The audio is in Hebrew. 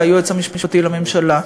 זה היועץ המשפטי לממשלה.